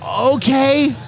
okay